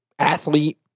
athlete